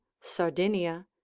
SARDINIA